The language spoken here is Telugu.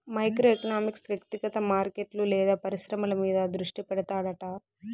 మైక్రో ఎకనామిక్స్ వ్యక్తిగత మార్కెట్లు లేదా పరిశ్రమల మీద దృష్టి పెడతాడట